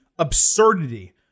absurdity